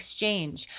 exchange